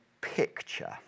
picture